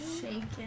Shaking